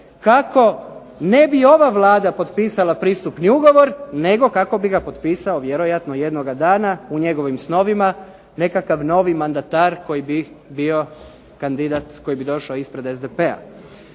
kako ne bi ova Vlada potpisala pristupni ugovor nego kako bi ga potpisao vjerojatno jednoga dana u njegovim snovima nekakav novi mandatar koji bi bio kandidat koji bi došao ispred SDP-a.